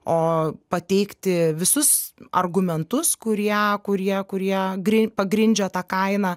o pateikti visus argumentus kurie kurie kurie gri pagrindžia tą kainą